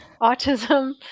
autism